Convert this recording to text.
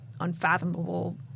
unfathomable